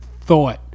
thought